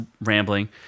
rambling